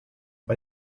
but